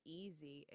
easy